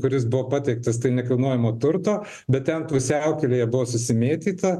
kuris buvo pateiktas tai nekilnojamo turto bet ten pusiaukelėje buvo susimėtyta